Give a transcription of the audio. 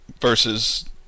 versus